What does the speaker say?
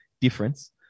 difference